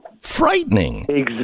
frightening